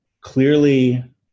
clearly